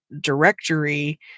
directory